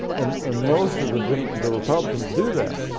and and most of the the republicans do that.